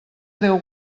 déu